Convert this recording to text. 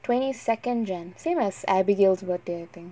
twenty second january same as abigail's birthday I think